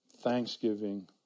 thanksgiving